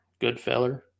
Goodfeller